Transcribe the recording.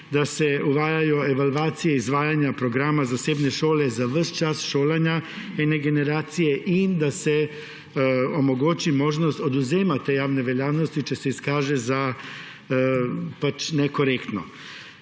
da se uvajajo evalvacije izvajanja programa zasebne šole za ves čas šolanja ene generacije in da se omogoči možnost odvzema te javne veljavnosti, če se izkaže za nekorektno.